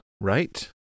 Right